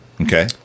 Okay